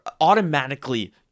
automatically